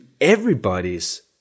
everybody's